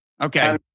Okay